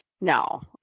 No